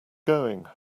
going